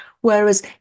Whereas